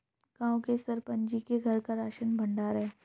गांव के सरपंच जी के घर राशन का भंडार है